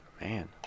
man